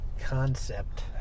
concept